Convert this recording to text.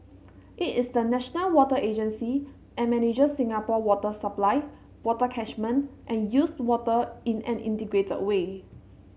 it is the national water agency and manager Singapore water supply water catchment and used water in an integrated way